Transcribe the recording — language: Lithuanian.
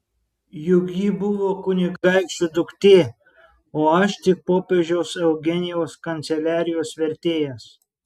juk ji buvo kunigaikščio duktė o aš tik popiežiaus eugenijaus kanceliarijos vertėjas